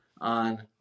on